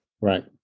Right